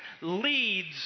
leads